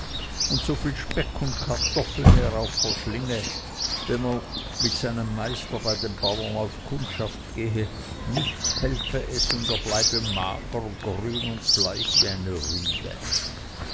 und so viel speck und kartoffeln er auch verschlinge wenn er mit seinem meister bei den bauern auf kundschaft gehe nichts helfe es und er bleibe mager grün und bleich wie eine rübe